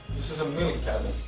this is a milk cabinet.